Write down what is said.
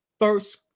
first